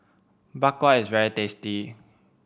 Bak Kwa is very tasty